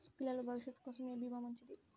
పిల్లల భవిష్యత్ కోసం ఏ భీమా మంచిది?